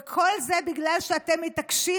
וכל זה בגלל שאתם מתעקשים,